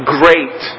great